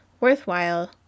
worthwhile